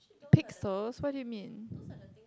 pixels what do you mean